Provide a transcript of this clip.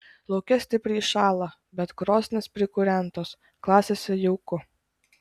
lauke stipriai šąla bet krosnys prikūrentos klasėse jauku